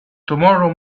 tomorrow